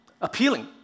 appealing